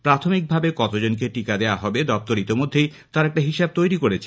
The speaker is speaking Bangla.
প্রাথমিকভাবে কতজনকে টিকা দেওয়া হবে দপ্তর ইতিমধ্যেই তার একটা হিসাব তৈরি করেছে